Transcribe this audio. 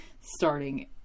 starting